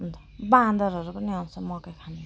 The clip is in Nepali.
बाँदरहरू पनि आउँछ मकै खान